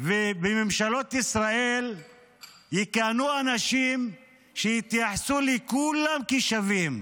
ובממשלות ישראל יכהנו אנשים שיתייחסו לכולם כשווים.